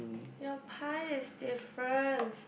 yea pie is different